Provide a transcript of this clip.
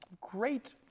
Great